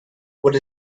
what